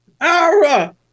Ara